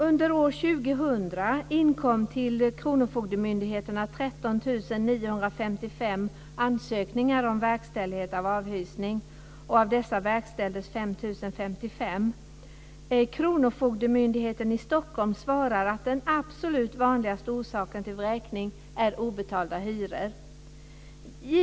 Under år 2000 inkom 13 955 ansökningar om verkställighet av avhysning till kronofogdemyndigheterna. Av dessa verkställdes 5 055. Kronofogdemyndigheten i Stockholm svarar att den absolut vanligaste orsaken till vräkning är obetalda hyror.